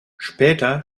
später